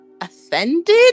offended